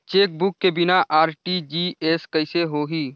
Chequebook के बिना RTGS कइसे होही?